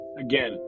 Again